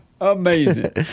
Amazing